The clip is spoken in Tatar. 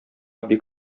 бик